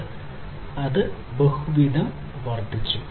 വ്യാപ്തി ബഹുവിധം വർദ്ധിച്ചു